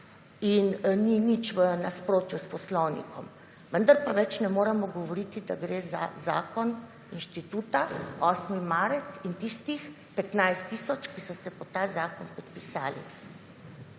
ni nič v nasprotju s poslovnikom, vendar pa več ne moremo govoriti, da gre za zakon Inštituta 8. marec in tistih 15 tisoč, ki so se pod ta zakon podpisali.